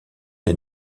des